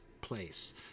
place